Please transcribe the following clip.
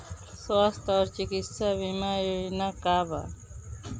स्वस्थ और चिकित्सा बीमा योजना का बा?